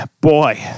boy